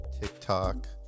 tiktok